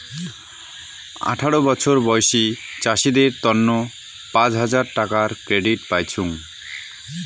আঠারো বছর বয়সী চাষীদের তন্ন পাঁচ হাজার টাকার ক্রেডিট পাইচুঙ